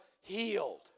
healed